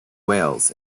wales